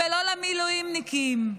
ולא למילואימניקים.